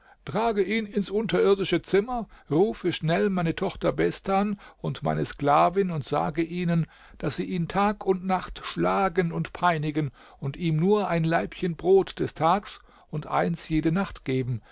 trage ihn ins unterirdische zimmer rufe schnell meine tochter bestan und meine sklavin und sage ihnen daß sie ihn tag und nacht schlagen und peinigen und ihm nur ein laibchen brot des tags und eins jede nacht geben